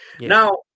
Now